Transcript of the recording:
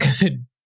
good